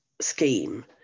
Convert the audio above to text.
scheme